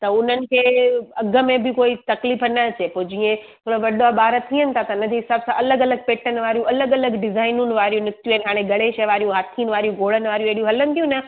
त उन्हनि खे अघु में बि कोई तकलीफ़ न अचे पोइ जीअं मतलबु वॾा ॿार थिअनि था त हुन जे हिसाबु सां अलॻि अलॻि पैटन वारियूं अलॻि अलॻि डिज़ाइनुनि वारियूं निकितियूं आहिनि हाणे गणेश वारियूं हाथियुनि वारियूं घोड़नि वारियूं अहिड़ियूं हलंदियूं न